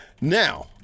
now